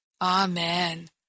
Amen